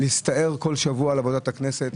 להסתער בכל שבוע על עבודת הכנסת.